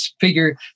figure